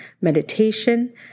meditation